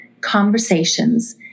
conversations